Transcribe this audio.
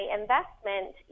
investment